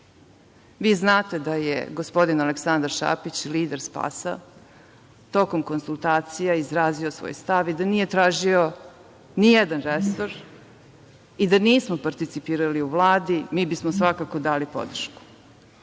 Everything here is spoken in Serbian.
Vi znate da je gospodin Aleksandar Šapić, lider SPAS-a, tokom konsultacija izrazio svoj stav i da nije tražio, nijedan resor, i da nismo participirali u Vladi, mi bi smo svakako dali podršku,